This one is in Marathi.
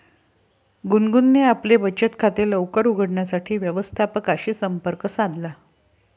गुनगुनने आपले बचत खाते लवकर उघडण्यासाठी व्यवस्थापकाशी संपर्क साधला